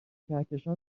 کهکشان